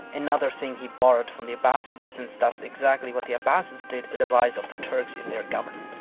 another thing he borrowed from the abbasids since that's exactly what the abbasids did with the rise of the turks in their government.